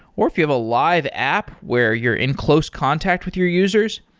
or if you have a live app where you're in close contact with your users,